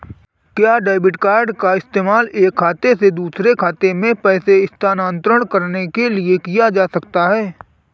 क्या debit card का इस्तेमाल एक खाते से दूसरे खाते में पैसे स्थानांतरण करने के लिए किया जा सकता है?